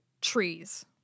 trees